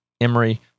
Emory